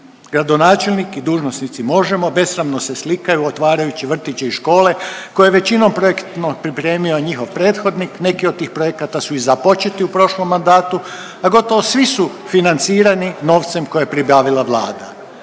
Gradonačelnik i dužnosnici Možemo! besramno se slikaju otvarajući vrtiće i škole koje većinom projektno pripremio njihov prethodnik, neki od tih projekata su i započeti u prošlom mandatu, a gotovo svi su financirani novcem koji je pribavila Vlada.